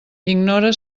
ignore